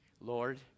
Lord